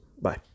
Bye